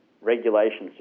regulations